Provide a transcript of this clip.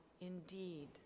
indeed